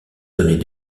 donnait